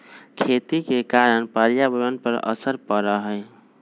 खेती के कारण पर्यावरण पर असर पड़ा हई